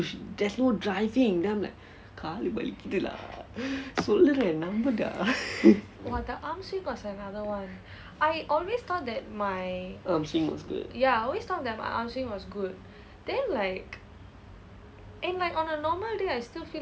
there's no drive in then I'm like காலு வலிக்குது:kaalu valikuthu lah சொல்லுறேன் நம்பு:solluren nambu dah arm swing was good